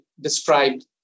described